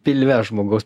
pilve žmogaus